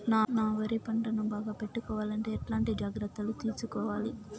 నా వరి పంటను బాగా పెట్టుకోవాలంటే ఎట్లాంటి జాగ్రత్త లు తీసుకోవాలి?